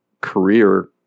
career